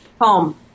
Home